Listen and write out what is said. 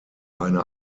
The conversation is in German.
eine